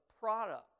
product